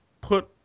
put